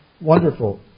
Wonderful